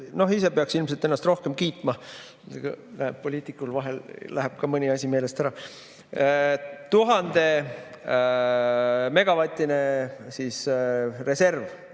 Eks ise peaks ilmselt ennast rohkem kiitma. Poliitikul vahel läheb mõni asi meelest ära. 1000-megavatine reserv.